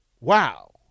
Wow